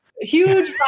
Huge